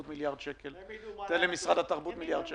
תנו למשרד התיירות מיליארד שקל,